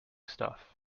stuff